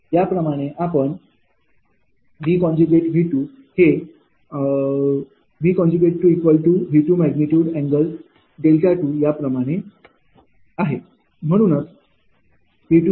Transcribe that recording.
याप्रमाणेच आपण V हे V ।𝑉।∠−δ2 याप्रमाणे आहे